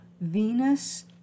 Venus